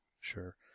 sure